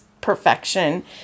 perfection